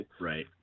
Right